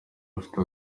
afite